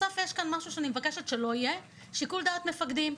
יש משהו שאני מבקשת שלא יהיה, שיקול דעת מפקדים.